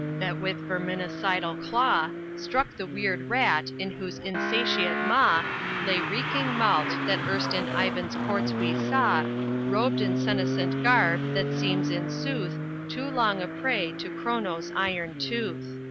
that with verminicidal claw struck the weird rat, in whose insatiate maw lay reeking malt, that erst in ivan's courts we saw robed in senescent garb that seems in sooth too long a prey to chronos' iron tooth.